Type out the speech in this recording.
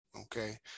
okay